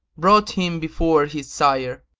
brought him before his sire,